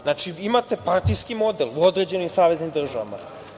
Znači, imate partijski model u određenim saveznim državama.